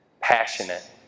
Passionate